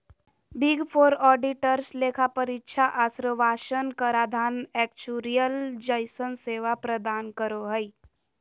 big four auditors लेखा परीक्षा आश्वाशन कराधान एक्चुरिअल जइसन सेवा प्रदान करो हय